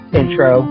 intro